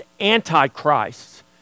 antichrists